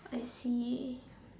I see